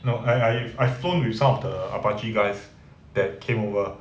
no I I I phoned with some of the apache guys that came over